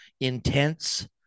intense